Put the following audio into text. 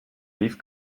leave